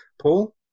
Paul